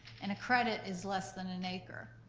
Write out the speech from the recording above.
and a credit is less than an acre.